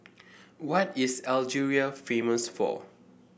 what is Algeria famous for